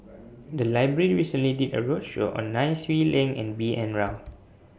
The Library recently did A roadshow on Nai Swee Leng and B N Rao